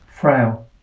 frail